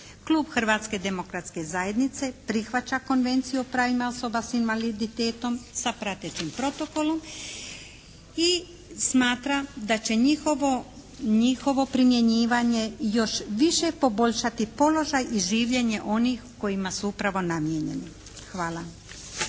Klub Hrvatske demokratske zajednice prihvaća Konvenciju o pravima osoba sa invaliditetom sa pratećim protokolom i smatra da će njihovo primjenjivanje još više poboljšati položaj i življenje onih kojima su upravo namijenjeni. Hvala.